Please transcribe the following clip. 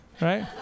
Right